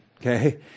Okay